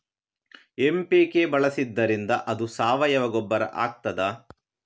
MPK ಬಳಸಿದ್ದರಿಂದ ಅದು ಸಾವಯವ ಗೊಬ್ಬರ ಆಗ್ತದ?